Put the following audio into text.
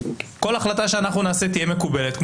וכל החלטה שנעשה תהיה מקובלת,